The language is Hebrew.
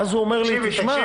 ואז הוא אומר לי: תשמע,